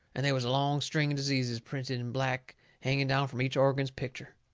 and they was a long string of diseases printed in black hanging down from each organ's picture.